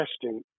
testing